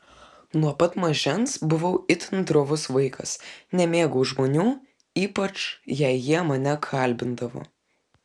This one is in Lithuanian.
nuo pat mažens buvau itin drovus vaikas nemėgau žmonių ypač jei jie mane kalbindavo